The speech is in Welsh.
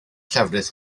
llefrith